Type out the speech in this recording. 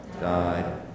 died